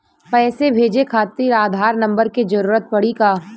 पैसे भेजे खातिर आधार नंबर के जरूरत पड़ी का?